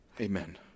Amen